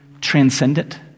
transcendent